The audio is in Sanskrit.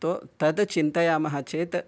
तो तत् चिन्तयामः चेत्